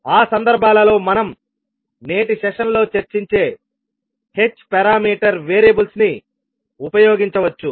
ఆ సందర్భాలలో మనం నేటి సెషన్లో చర్చించే h పారామీటర్ వేరియబుల్స్ని ఉపయోగించవచ్చు